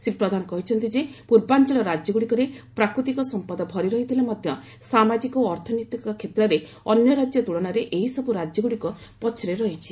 ଶ୍ରୀ ପ୍ରଧାନ କହିଛନ୍ତି ଯେ ପୂର୍ବାଞ୍ଚଳ ରାଜ୍ୟଗୁଡ଼ିକରେ ପ୍ରାକୃତିକ ସମ୍ପଦ ଭରି ରହିଥିଲେ ମଧ୍ୟ ସାମାଜିକ ଓ ଅର୍ଥନୈତିକ କ୍ଷେତ୍ରରେ ଅନ୍ୟ ରାଜ୍ୟ ତୁଳନାରେ ଏହିସବୁ ରାଜ୍ୟଗୁଡ଼ିକ ପ୍ରଚ୍ଚରେ ରହିଛି